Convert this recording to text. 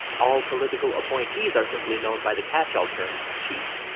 all political appointees are simply known by the catchall term chief.